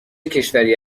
کشوری